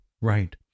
Right